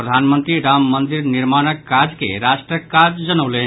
प्रधानमंत्री राम मंदिर निर्माणक काज के राष्ट्रक काज जनौलनि